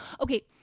Okay